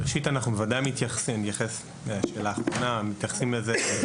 ראשית אנחנו ודאי מתייחסים לזה,